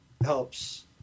helps